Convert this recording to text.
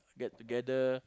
get together